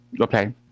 Okay